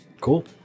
Cool